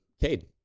Cade